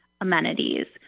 amenities